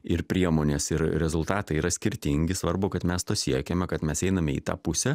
ir priemonės ir rezultatai yra skirtingi svarbu kad mes to siekiame kad mes einame į tą pusę